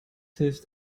hilft